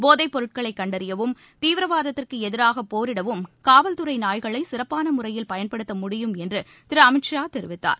போதைப்பொருட்களை கண்டறியவும் தீவிரவாதத்திற்கு எதிராக போரிடவும் காவல்துறை நாய்களை சிறப்பான முறையில் பயன்படுத்த முடியும் என்று திரு அமித் ஷா தெரிவித்தார்